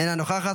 אינה נוכחת,